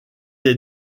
est